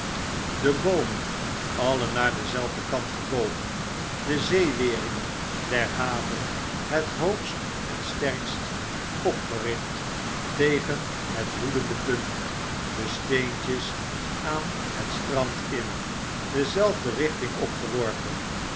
de boomen alle naar denzelfden kant gebogen de zeeweringen der haven het hoogst en sterkst opgericht tegen het woedende punt de steentjes aan het strand in'ezelfde richting opgeworpen